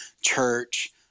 church